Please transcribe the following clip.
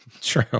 true